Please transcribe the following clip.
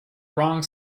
wrong